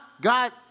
God